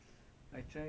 mmhmm